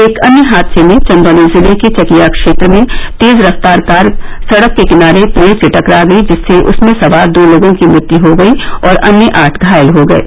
एक अन्य हादसे में चंदौली जिले के चकिया क्षेत्र में तेज रफ्तार कार सड़क के किनारे पेड़ से टकरा गई जिससे उसमें सवार दो लोगों की मृत्यु हो गई और अन्य आठ घायल हो गये